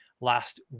Last